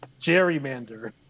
gerrymander